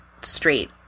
straight